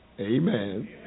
Amen